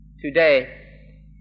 Today